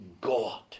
God